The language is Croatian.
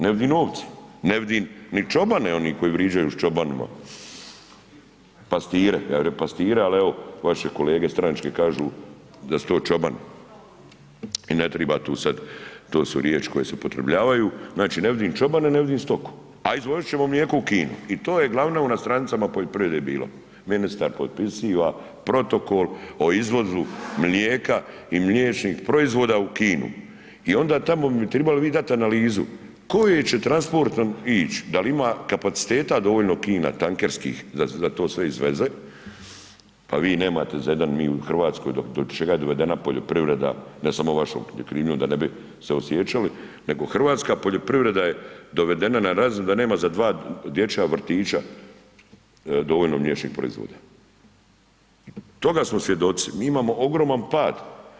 Ne vidim ovce, ne vidim ni čobane, oni koji vrijeđaju s čobanima, pastire, ja bi rekao pastire ali evo, vaše kolege stranačke kažu da su to čobani i ne treba tu sad, to su riječi koje se upotrebljavaju, znači ne vidim čobane, ne vidim stoku a izvozit ćemo mlijeko u Kinu i to je glavno na stranicama poljoprivrede bilo, ministar potpisiva protokol o izvozu mlijeka i mliječnih proizvoda u Kinu i onda tamo trebalo bi dat analizu, koji će transport ić, dal' ima kapaciteta dovoljno Kina tankerskim da to sve izveze a vi nemate za jedan, mi u Hrvatskoj, do čega je dovedena poljoprivreda ne samo krivnjom da ne bi se osjećali nego hrvatska poljoprivreda je dovedena na razinu da nema za 2 dječja vrtića dovoljno mliječnih proizvoda, toga smo svjedoci, mi imamo ogroman pad.